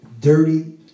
dirty